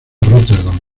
rotterdam